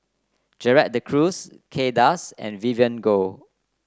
Gerald De Cruz Kay Das and Vivien Goh